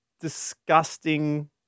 Disgusting